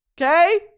Okay